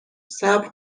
صبر